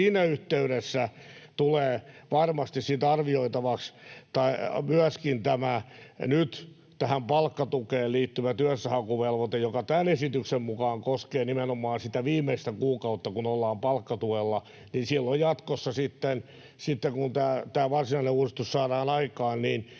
Siinä yhteydessä tulee varmasti sitten arvioitavaksi myöskin tämä palkkatukeen liittyvä työnhakuvelvoite, joka tämän esityksen mukaan koskee nimenomaan sitä viimeistä kuukautta, kun ollaan palkkatuella. Silloin jatkossa sitten, kun tämä varsinainen uudistus saadaan aikaan,